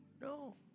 No